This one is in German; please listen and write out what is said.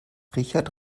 richard